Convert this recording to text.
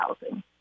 housing